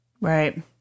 Right